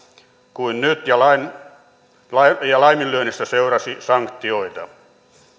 kuin nyt ja laiminlyönnistä seurasi sanktioita